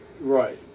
Right